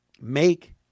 make